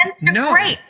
No